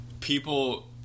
people